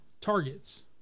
targets